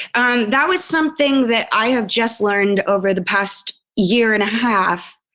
and that was something that i have just learned over the past year and a half.